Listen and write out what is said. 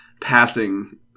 passing